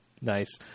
Nice